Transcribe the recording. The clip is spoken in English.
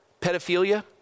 pedophilia